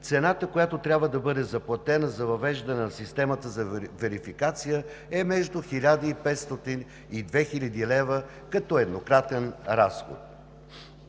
цената, която трябва да бъде заплатена за въвеждане на системата за верификация, е между 1500 и 2000 лв. като еднократен разход.